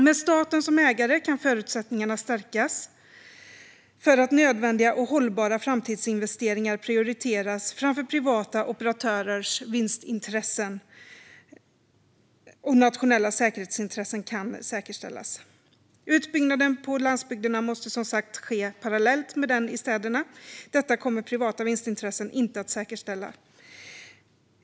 Med staten som ägare kan förutsättningarna stärkas för att nödvändiga och hållbara framtidsinvesteringar prioriteras framför privata operatörers vinstintressen, och nationella säkerhetsintressen kan säkerställas. Utbyggnaden på landsbygderna måste som sagt ske parallellt med den i städerna. Detta kommer privata vinstintressen inte att säkerställa.